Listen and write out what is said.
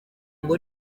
ngo